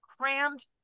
crammed